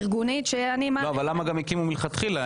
ארגונית --- אבל למה הקימו מלכתחילה